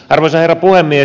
arvoisa herra puhemies